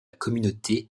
communauté